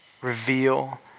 reveal